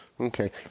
Okay